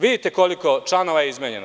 Vidite koliko članova je izmenjeno.